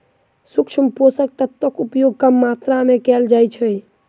सूक्ष्म पोषक तत्वक उपयोग कम मात्रा मे कयल जाइत छै